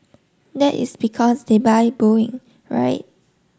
that is because they buy Boeing right